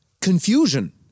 confusion